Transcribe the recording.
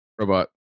Robot